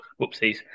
whoopsies